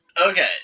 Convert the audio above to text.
Okay